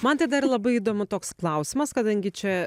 man tai dar labai įdomu toks klausimas kadangi čia